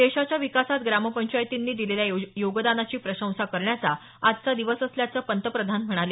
देशाच्या विकासात ग्रामपंचायतींनी दिलेल्या योगदानाची प्रशंसा करण्याचा आजचा दिवस असल्याचं पंतप्रधान म्हणाले